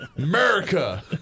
America